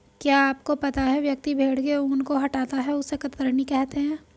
क्या आपको पता है व्यक्ति भेड़ के ऊन को हटाता है उसे कतरनी कहते है?